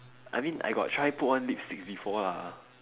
I mean I got try put on lipstick before lah